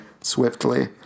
swiftly